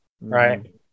Right